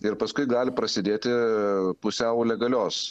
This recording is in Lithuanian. ir paskui gali prasidėti pusiau legalios